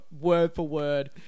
word-for-word